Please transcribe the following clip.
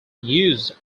used